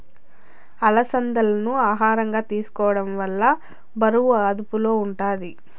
అలసందాలను ఆహారంగా తీసుకోవడం వల్ల బరువు అదుపులో ఉంటాది